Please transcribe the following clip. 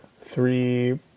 three